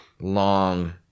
long